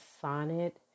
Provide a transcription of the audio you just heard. sonnet